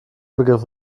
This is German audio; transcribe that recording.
begriff